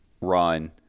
run